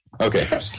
Okay